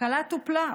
התקלה טופלה.